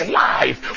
life